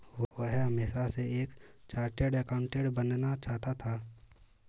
वह हमेशा से एक चार्टर्ड एकाउंटेंट बनना चाहता था